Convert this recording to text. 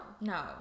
No